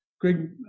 greg